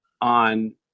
on